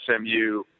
SMU